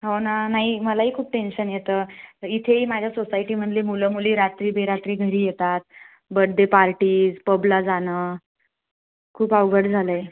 हो ना नाही मलाही खूप टेंशन येतं इथेही माझ्या सोसायटीमधली मुलं मुली रात्रीबेरात्री घरी येतात बडे पार्टीज पबला जाणं खूप अवघड झालं आहे